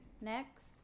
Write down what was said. Next